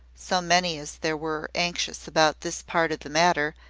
so many as there were anxious about this part of the matter,